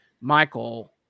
Michael